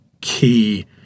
key